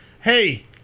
hey